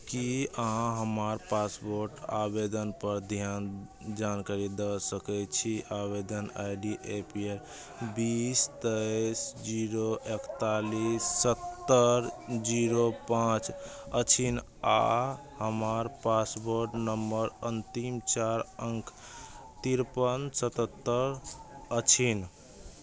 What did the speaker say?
की अहाँ हमर पासपोर्ट आवेदनपर ध्यान जानकारी दऽ सकै छी आवेदन I D A P L बीस तेइस जीरो एकतालीस सत्तरि जीरो पाँच अछि आ हमर पासपोर्ट नम्बर अन्तिम चारि अंक तिरपन सतहत्तरि अछि